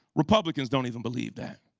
republicans don't even believe that,